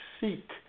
seek